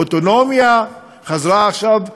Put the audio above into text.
האוטונומיה חזרה עכשיו מהשרוול,